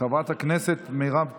חברת הכנסת מירב כהן,